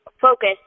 focus